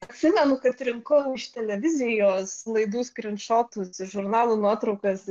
atsimenu kad rinkau iš televizijos laidų skryntšotus ir žurnalų nuotraukas